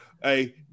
Hey